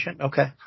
okay